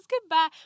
goodbye